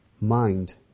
mind